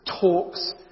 talks